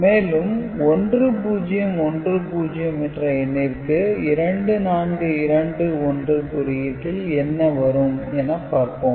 மேலும் 1010 என்ற எண்ணிற்கு 2421 குறியீட்டில் என்ன வரும் என பார்ப்போம்